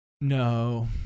No